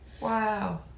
Wow